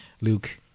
Luke